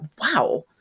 wow